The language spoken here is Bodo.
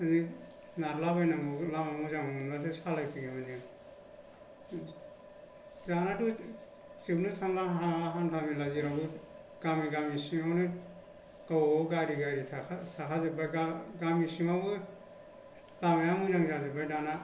बिदिनो नारला बायनांगौ लामा मोजां मोनबाथाय सालायफैयोमोन जों दानाथ' जोबनो सानला हान्थामेला जेरावबो गामि गामि सिङावनो गावबा गाव गारि गारि थाखाय थाखाजोब्बाय गामि गामि सिङावबो लामाया मोजां जाजोब्बाय दाना